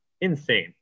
insane